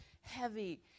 heavy